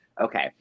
okay